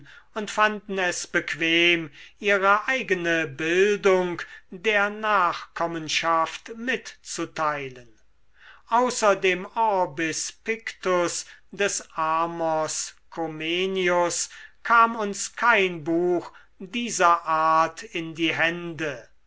und fanden es bequem ihre eigene bildung der nachkommenschaft mitzuteilen außer dem orbis pictus des amos comenius kam uns kein buch dieser art in die hände